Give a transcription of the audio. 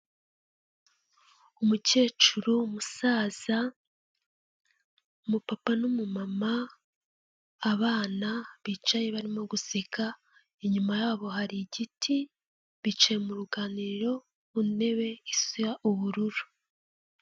Umukecuru, umusaza, umupapa n'umumama, abana bicaye barimo guseka, inyuma yabo hari igiti, bicaye mu ruganiriro ku ntebe isa ubururu.